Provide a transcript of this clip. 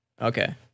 Okay